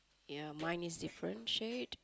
mine is different shape